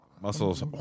Muscles